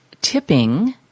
tipping